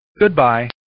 goodbye